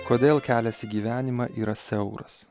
kodėl kelias į gyvenimą yra siauras